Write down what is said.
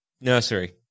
Nursery